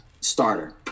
Starter